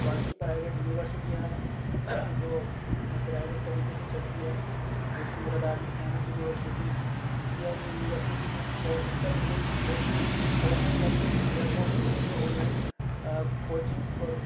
باقی پرائیویٹ یونیورسٹیاں ہیں جو پرائیویٹ طریقے سے چلتی ہے جو کہ مراد آباد میں famous university T M university ہے اور اتر پردیش میں بہت سی آن لائن لرننگ کے پلیٹ فارم بھی ہیں جو آن لائن کوچنگ اور